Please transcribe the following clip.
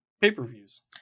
pay-per-views